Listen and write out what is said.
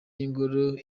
y’ingoro